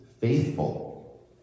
faithful